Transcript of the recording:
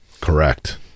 Correct